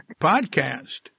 podcast